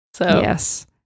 yes